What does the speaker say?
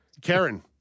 Karen